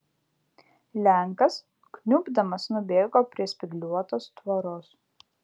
lenkas kniubdamas nubėgo prie spygliuotos tvoros